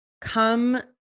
come